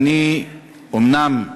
אומנם,